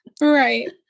Right